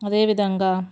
అదేవిధంగా